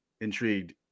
intrigued